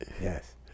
Yes